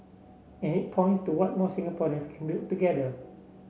and it points to what more Singaporeans can build together